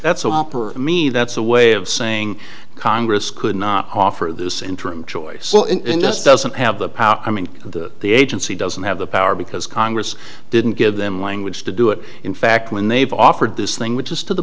that's a whopper me that's a way of saying congress could not offer this interim choice just doesn't have the power i mean the the agency doesn't have the power because congress didn't give them language to do it in fact when they've offered this thing which is to the